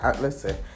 Listen